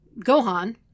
Gohan